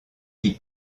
qui